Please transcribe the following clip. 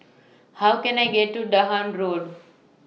How Can I get to Dahan Road